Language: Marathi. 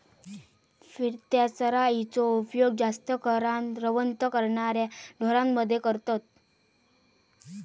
फिरत्या चराइचो उपयोग जास्त करान रवंथ करणाऱ्या ढोरांमध्ये करतत